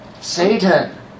Satan